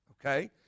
okay